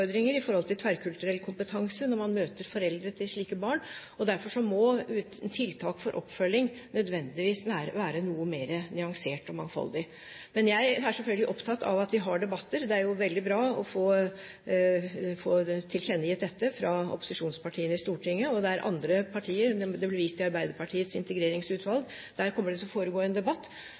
i forhold til tverrkulturell kompetanse når man møter foreldre til slike barn. Derfor må tiltak for oppfølging nødvendigvis være noe mer nyansert og mangfoldig. Men jeg er selvfølgelig opptatt av at vi har debatter. Det er jo veldig bra å få tilkjennegitt dette fra opposisjonspartiene i Stortinget. Det kommer til i andre partier – det ble vist til Arbeiderpartiets integreringsutvalg – å foregå en debatt.